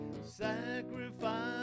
sacrifice